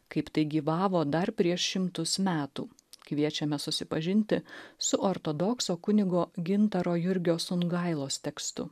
kaip tai gyvavo dar prieš šimtus metų kviečiame susipažinti su ortodokso kunigo gintaro jurgio sungailos tekstu